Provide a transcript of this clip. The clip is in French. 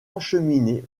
acheminée